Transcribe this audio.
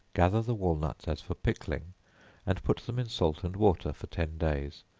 gather the walnuts, as for pickling and put them in salt and water for ten days,